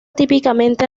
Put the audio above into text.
típicamente